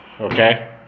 okay